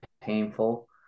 painful